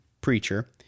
preacher